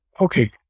Okay